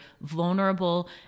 vulnerable